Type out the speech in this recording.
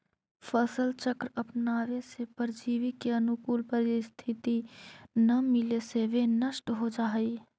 फसल चक्र अपनावे से परजीवी के अनुकूल परिस्थिति न मिले से वे नष्ट हो जाऽ हइ